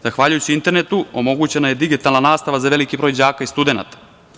Zahvaljujući internetu omogućena je digitalna nastava za veliki broj đaka i studenata.